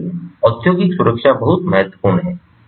इसलिए औद्योगिक सुरक्षा बहुत महत्वपूर्ण है